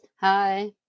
Hi